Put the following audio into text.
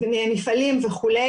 מפעלים וכו'.